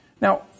Now